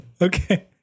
okay